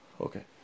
Okay